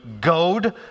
goad